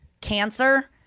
cancer